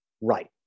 Right